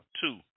two